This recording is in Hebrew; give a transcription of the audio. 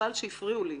חבל שהפריעו לי.